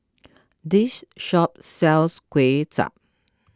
this shop sells Kway Chap